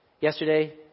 yesterday